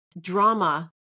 drama